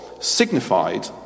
signified